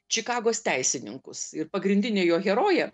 čikagos teisininkus ir pagrindinė jo herojė